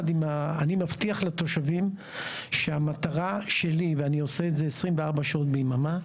אני מבטיח לתושבים שהמטרה שלי - ואני עושה את זה 24 שעות ביממה,